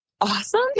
awesome